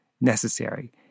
necessary